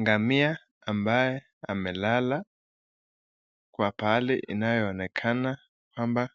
Ngamia ambaye amelala kwa pahali inayoonekana kwamba